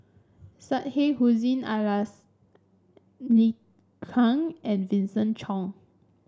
Syed Hussein Alatas Liu Kang and Vincent Cheng